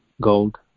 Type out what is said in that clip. gold